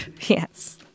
Yes